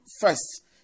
First